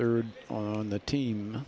third on the team